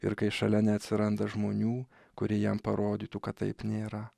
ir kai šalia neatsiranda žmonių kurie jam parodytų kad taip nėra